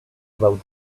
about